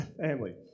family